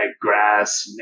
Grass